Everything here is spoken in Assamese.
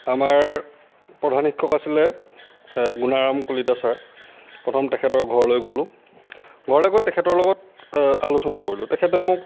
আমাৰ প্ৰধান শিক্ষক আছিলে গুণাৰাম কলিতা ছাৰ প্ৰথম তেখেতৰ ঘৰলৈ গ'লোঁ ঘৰলৈ গৈ তেখেতৰ লগত আলোচনা কৰিলোঁ তেখেতে মোক